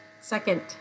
second